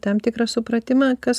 tam tikrą supratimą kas